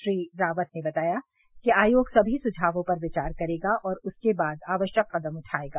श्री रावत ने बताया कि आयोग सभी सुझावों पर विचार करेगा और उसके बाद आवश्यक कदम उठाएगा